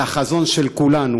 אלא החזון של כולנו,